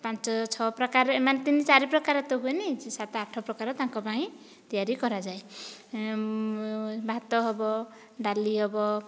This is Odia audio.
ପାଞ୍ଚ ଛଅ ପ୍ରକାରରେ ଏମାନେ ତିନି ଚାରି ପ୍ରକାର ତ ହୁଏନି ସାତ ଆଠ ପ୍ରକାର ତାଙ୍କପାଇଁ ତିଆରି କରାଯାଏ ଭାତ ହେବ ଡାଲି ହେବ